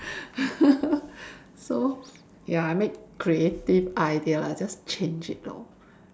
so ya I make creative idea I just change it lor